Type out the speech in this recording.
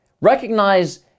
recognize